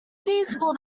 feasible